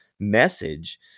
message